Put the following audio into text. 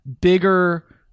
bigger